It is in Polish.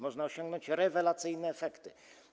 Można osiągnąć tu rewelacyjne efekty.